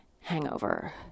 hangover